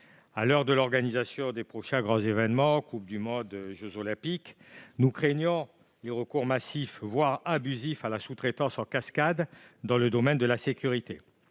À l'heure de l'organisation des prochains grands événements, comme la Coupe du monde de rugby ou les jeux Olympiques, nous craignons le recours massif, voire abusif, à la sous-traitance en cascade dans le domaine de la sécurité.